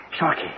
Sharky